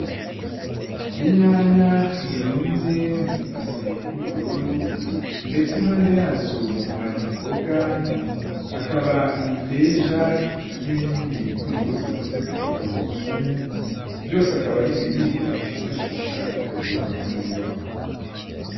Inyanya zirunze mu ibase y'ubururu ndetse impande yazo hari imboga, hakaba imiteja n'ibindi bitunguru dukunze kwita tungurusumu, byose akaba ari ibibwa twifashisha dutegura amafunguro.